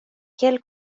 kiel